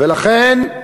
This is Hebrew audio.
ולכן,